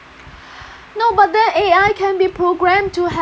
no but then A_I can be programmed to have